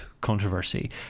controversy